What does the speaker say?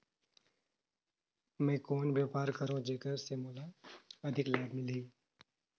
मैं कौन व्यापार करो जेकर से मोला अधिक लाभ मिलही?